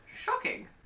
Shocking